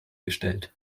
gestellt